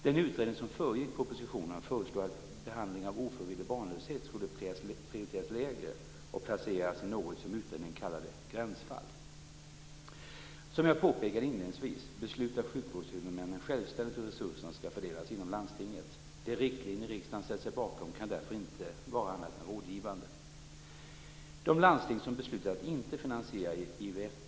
Den utredning som föregick propositionen föreslog att behandling av ofrivillig barnlöshet skulle prioriteras lägre och placeras i något som utredningen kallade "gränsfall". Som jag påpekade inledningsvis beslutar sjukvårdshuvudmännen självständigt hur resurserna skall fördelas inom landstinget. De riktlinjer riksdagen ställt sig bakom kan därför inte vara annat än rådgivande.